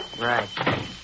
Right